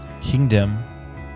kingdom